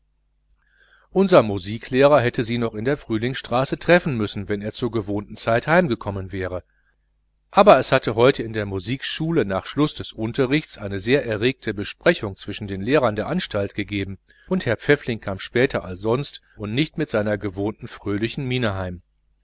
unser musiklehrer hätte sie noch in der frühlingsstraße treffen müssen wenn er zur gewohnten zeit heim gekommen wäre aber es hatte heute in der musikschule nach schluß des unterrichts eine sehr erregte besprechung zwischen den lehrern der anstalt gegeben und herr pfäffling kam später als sonst und nicht mit seiner gewohnten fröhlichen miene heim